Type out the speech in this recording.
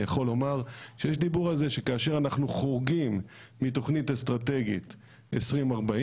יכול לומר שיש דיבור על זה שכאשר אנחנו חורגים מתוכנית אסטרטגית 2040